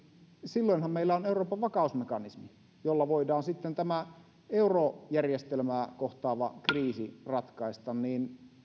silloinhan meillä on euroopan vakausmekanismi jolla voidaan sitten tämä eurojärjestelmää kohtaava kriisi ratkaista